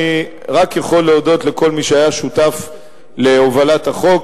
אני רק יכול להודות לכל מי שהיה שותף להובלת החוק.